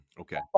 Okay